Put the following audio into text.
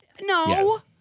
No